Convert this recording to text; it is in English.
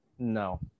No